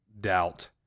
doubt